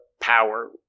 power